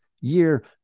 year